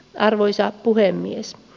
arvoisa puhemies